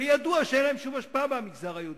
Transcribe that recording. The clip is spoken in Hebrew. וידוע שאין להם שום השפעה במגזר היהודי.